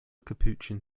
capuchin